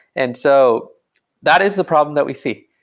and so that is the problem that we see.